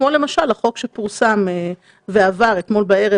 כמו למשל החוק שפורסם ועבר אתמול בערב.